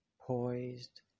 poised